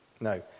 No